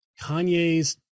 Kanye's